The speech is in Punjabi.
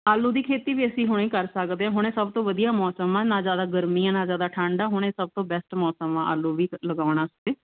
ਆਲੂ ਦੀ ਖੇਤੀ ਵੀ ਅਸੀਂ ਹੁਣੇ ਕਰ ਸਕਦੇ ਹਾਂ ਹੁਣੇ ਸਭ ਤੋਂ ਵਧੀਆ ਮੌਸਮ ਆ ਨਾ ਜ਼ਿਆਦਾ ਗਰਮੀ ਆ ਨਾ ਜ਼ਿਆਦਾ ਠੰਡ ਹੁਣੇ ਸਭ ਤੋਂ ਬੈਸਟ ਮੌਸਮ ਆਲੂ ਵੀ ਲਗਾਉਣਾ